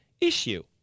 issue